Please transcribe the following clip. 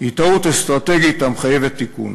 היא טעות אסטרטגית המחייבת תיקון.